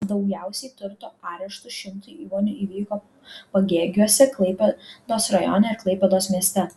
daugiausiai turto areštų šimtui įmonių įvyko pagėgiuose klaipėdos rajone ir klaipėdos mieste